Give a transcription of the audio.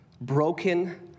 broken